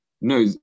No